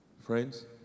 Friends